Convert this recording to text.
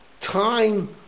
time